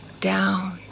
down